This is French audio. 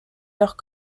leurs